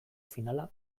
finala